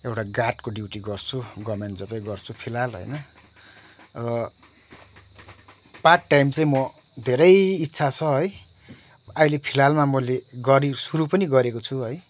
एउटा गार्डको ड्युटी गर्छु गभर्मेन्ट जबै गर्छु फिलहाल होइन र पार्ट टाइम चाहिँ म धेरै इच्छा छ है अहिले फिलहालमा मैले गरी सुरु पनि गरेको छु है